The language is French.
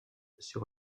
sur